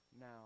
now